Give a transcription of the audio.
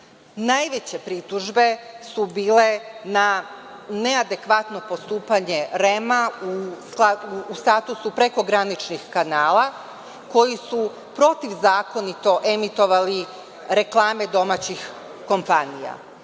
Najveće pritužbe su bile na neadekvatno postupanje REM-a u statusu prekograničnih kanala koji su protivzakonito emitovali reklame domaćih kompanija.